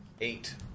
Eight